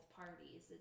parties